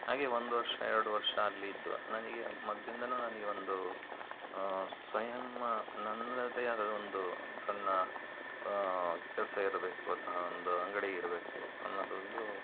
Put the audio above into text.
ಹಾಗೆ ಒಂದು ವರ್ಷ ಎರ್ಡು ವರ್ಷ ಅಲ್ಲಿದ್ದು ನನಗೆ ಮೊದಲಿಂದಲೂ ನನಗೆ ಒಂದು ಸ್ವಯಂ ನನ್ನದೇ ಆದ ಒಂದು ಸಣ್ಣ ಕೆಲಸ ಇರಬೇಕು ಅಥವಾ ಒಂದು ಅಂಗಡಿ ಇರಬೇಕು ಅನ್ನೋದೊಂದು